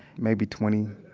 maybe twenty,